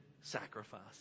sacrifice